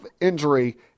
injury